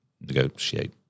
negotiate